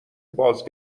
باز